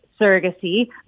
surrogacy